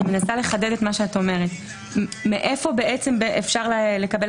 אני מנסה לחדד את מה שאת אומרת מאיפה אפשר לקבל